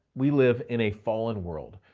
we live in a fallen world.